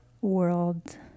world